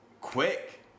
quick